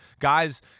guys